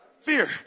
Fear